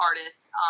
artists